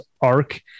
arc